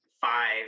five